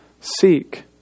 seek